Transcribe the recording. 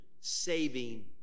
saving